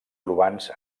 urbans